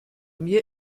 mir